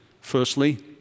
firstly